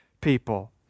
people